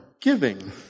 giving